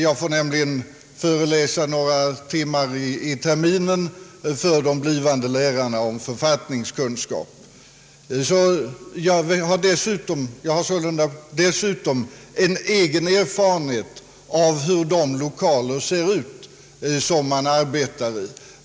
Jag får nämligen föreläsa några timmar i terminen för de blivande lärarna om författningskunskap. Jag har därför också en egen erfarenhet av hur de lokaler ser ut som man arbetar i.